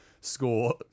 score